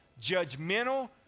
judgmental